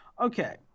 okay